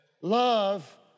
Love